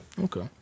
Okay